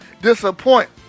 disappoint